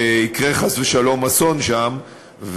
וחס ושלום יקרה אסון שם,